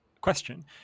question